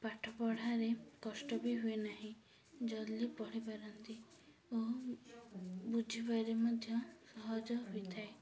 ପାଠ ପଢ଼ାରେ କଷ୍ଟ ବି ହୁଏ ନାହିଁ ଜଲ୍ଦି ପଢ଼ିପାରନ୍ତି ଓ ବୁଝିବାରେ ମଧ୍ୟ ସହଜ ହୋଇଥାଏ